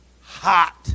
hot